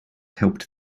helped